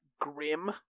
grim